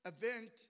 event